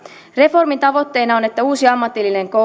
reformin tavoitteena on että uusi ammatillinen